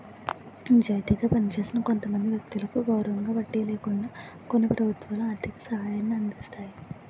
నిజాయితీగా పనిచేసిన కొంతమంది వ్యక్తులకు గౌరవంగా వడ్డీ లేకుండా కొన్ని ప్రభుత్వాలు ఆర్థిక సహాయాన్ని అందిస్తాయి